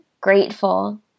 grateful